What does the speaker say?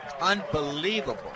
Unbelievable